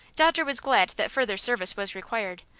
dodger was glad that further service was required,